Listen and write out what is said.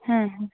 ಹ್ಞೂ ಹ್ಞೂ